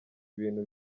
ibintu